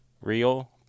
real